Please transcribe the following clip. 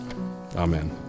Amen